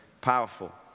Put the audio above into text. powerful